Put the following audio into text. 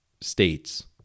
states